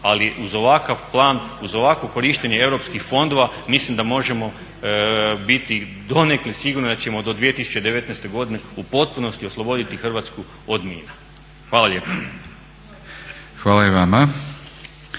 ali uz ovakav plan, uz ovakvo korištenje europskih fondova mislim da možemo biti donekle sigurni da ćemo do 2019. godine u potpunosti osloboditi Hrvatsku od mina. Hvala lijepo. **Batinić,